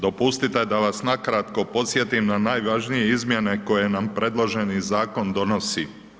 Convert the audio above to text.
Dopustite da vas na kratko podsjetim na najvažnije izmjene koje nam predloženi zakon donosi.